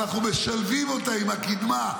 אנחנו משלבים אותה עם הקדמה,